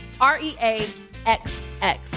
R-E-A-X-X